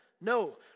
No